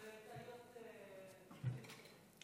אולי תתייחס להערה הגזענית של שלמה קרעי לגבי העולים מרוסיה,